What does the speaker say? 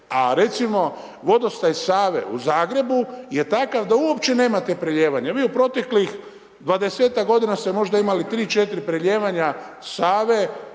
A recimo vodostaj Save u Zagrebu je takav da uopće nemate prelijevanja. Vi u proteklih 20ak godina ste možda imali 3, 4 prelijevanja Save